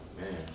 man